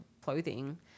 clothing